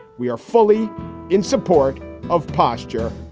we are fully in support of posture.